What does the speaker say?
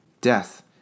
death